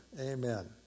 Amen